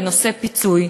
בנושא פיצוי,